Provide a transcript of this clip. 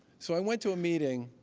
so i went to a meeting,